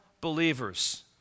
believers